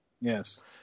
Yes